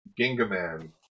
Gingaman